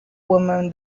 woman